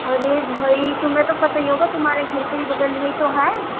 ارے بھائی تمہیں تو پتہ ہی ہوگا تمہارے گھر کے ہی بغل میں ہی تو ہے